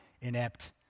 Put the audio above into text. inept